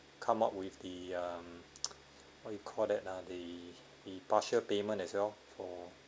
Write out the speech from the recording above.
come up with the uh what you call that ah the the partial payment as well for